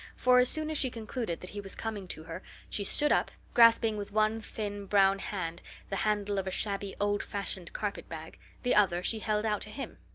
for as soon as she concluded that he was coming to her she stood up, grasping with one thin brown hand the handle of a shabby, old-fashioned carpet-bag the other she held out to him.